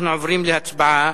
אנחנו עוברים להצבעה.